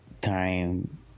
time